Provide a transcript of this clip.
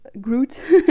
Groot